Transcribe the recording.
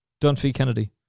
Dunphy-Kennedy